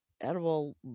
edible